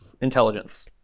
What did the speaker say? Intelligence